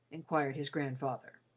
inquired his grandfather.